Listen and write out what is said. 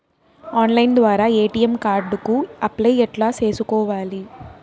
Online ద్వారా ATM card కు apply ఎట్లా సేసుకోవాలి?